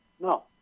No